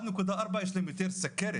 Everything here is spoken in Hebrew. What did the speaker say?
1.4% יש להם יותר סוכרת.